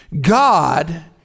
God